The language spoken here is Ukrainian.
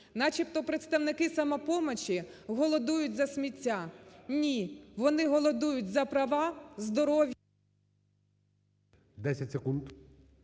начебто представники "Самопомочі" голодують за сміття. Ні, вони голодують за права, здоров'я...